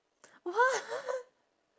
what